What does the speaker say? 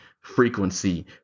Frequency